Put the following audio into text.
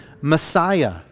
Messiah